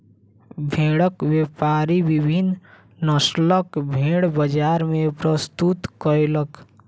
भेड़क व्यापारी विभिन्न नस्लक भेड़ बजार मे प्रस्तुत कयलक